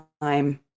time